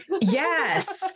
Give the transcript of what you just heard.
Yes